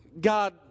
God